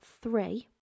three